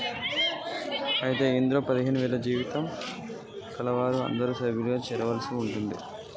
అయితే ఇందులో పదిహేను వేల వేతనం కలవారు అందరూ సభ్యులుగా చేరవలసి ఉంటుంది